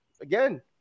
Again